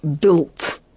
built